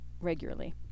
regularly